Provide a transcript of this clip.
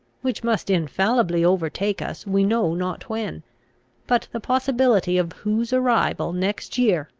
which must infallibly overtake us we know not when but the possibility of whose arrival next year,